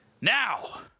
Now